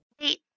wait